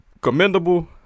commendable